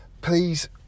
Please